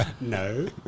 no